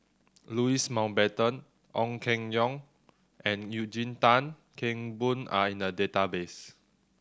Louis Mountbatten Ong Keng Yong and Eugene Tan Kheng Boon are in the database